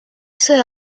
sue